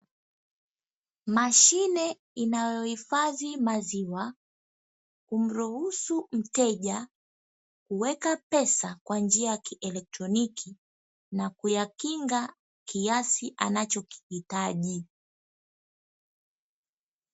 Mashine inayohifadhi maziwa humruhusu mteja kuweka pesa kwa njia ya kielekroniki na kukinga kiasi anachokihitaji.